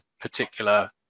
particular